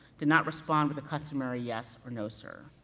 did not respond with the customary yes or no sir.